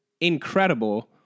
incredible